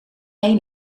mee